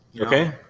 Okay